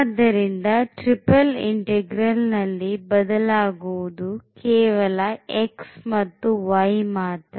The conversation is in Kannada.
ಆದ್ದರಿಂದ ಟ್ರಿಪಲ್ ಇಂಟೆಗ್ರಲ್ ನಲ್ಲಿ ಬದಲಾಗುವುದು ಕೇವಲ x ಮತ್ತು y ಮಾತ್ರ